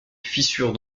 fissures